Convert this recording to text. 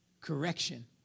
Correction